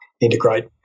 integrate